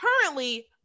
currently